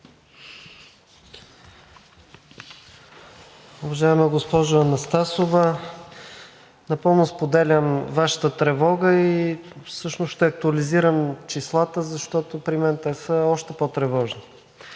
Уважаема госпожо Анастасова, напълно споделям Вашата тревога и всъщност ще актуализирам числата, защото при мен те са още по-тревожни.